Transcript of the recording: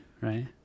right